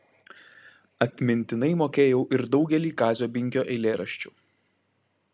atmintinai mokėjau ir daugelį kazio binkio eilėraščių